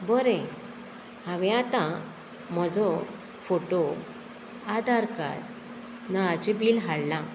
बरें हांवें आतां म्हजो फोटो आदार कार्ड नळाचें बील हाडलां